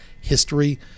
history